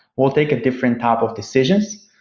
we'll take a different top of decisions.